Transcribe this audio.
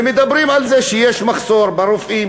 ומדברים על זה שיש מחסור ברופאים,